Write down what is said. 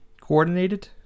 Coordinated